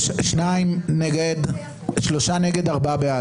מי נמנע?